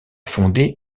fonder